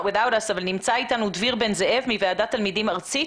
נמצא אתנו דביר בן זאב ממועצת התלמידים הארצית.